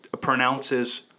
pronounces